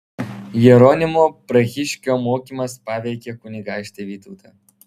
jeronimo prahiškio mokymas paveikė kunigaikštį vytautą